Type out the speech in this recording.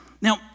Now